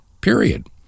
period